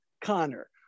Connor